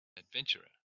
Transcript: adventurer